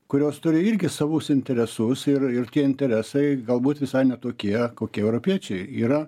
kurios turi irgi savus interesus ir ir tie interesai galbūt visai ne tokie kokie europiečiai yra